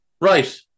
Right